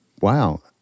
wow